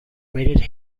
braided